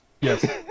Yes